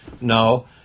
No